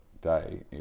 day